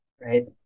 right